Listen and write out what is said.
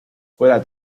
fuera